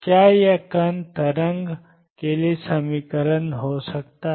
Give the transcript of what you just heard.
क्या यह कण तरंग के लिए समीकरण हो सकता है